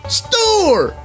store